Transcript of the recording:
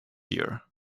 here